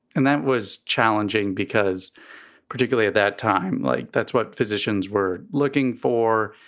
and that was challenging because particularly at that time. like that's what physicians were looking for,